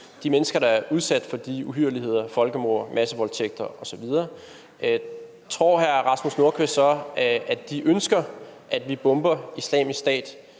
de mennesker, der er udsat for de uhyrligheder, folkemord, massevoldtægter osv., tror hr. Rasmus Nordqvist så, at de ønsker, at vi bomber Islamisk Stat,